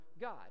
God